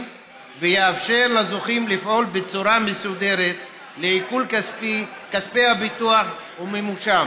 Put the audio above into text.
ויאפשר לזוכים לפעול בצורה מסודרת לעיקול כספי הביטוח ומימושם.